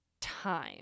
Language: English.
time